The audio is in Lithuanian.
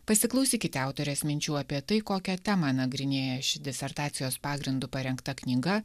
pasiklausykite autorės minčių apie tai kokią temą nagrinėja ši disertacijos pagrindu parengta knyga